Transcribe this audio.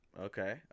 Okay